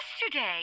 yesterday